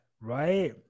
right